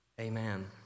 Amen